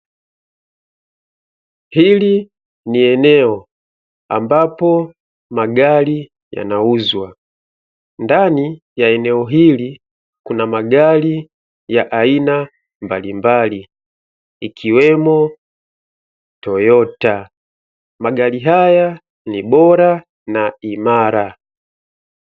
Hili ni eneo ambapo magari yanauzwa. Ndani ya eneo hili kuna magari ya aina mbalimbali, ikiwemo "Toyota". Magari haya ni bora na imara.